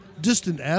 Distant